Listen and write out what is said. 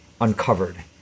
uncovered